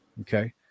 Okay